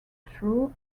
through